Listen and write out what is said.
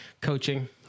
coaching